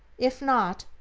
if not,